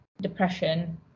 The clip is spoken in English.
depression